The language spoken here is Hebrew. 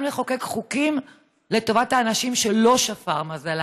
לחוקק חוקים לטובת האנשים שלא שפר מזלם,